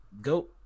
go